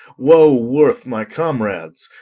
woe worth my comrades!